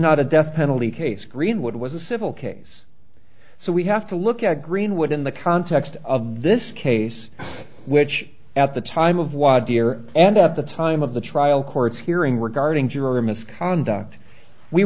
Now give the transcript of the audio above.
not a death penalty case greenwood was a civil case so we have to look at greenwood in the context of this case which at the time of wazir and of the time of the trial court hearing regarding juror misconduct we